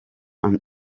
and